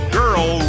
girl